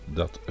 dat